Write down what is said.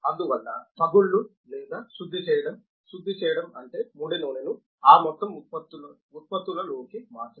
అందువల్ల పగుళ్లు లేదా శుద్ధి చేయడం శుద్ధి చేయడం అంటే ముడి నూనెను ఆ మొత్తం ఉత్పత్తులలోకి మార్చడం